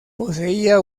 poseía